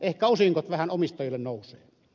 ehkä osingot vähän omistajille nousevat